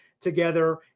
together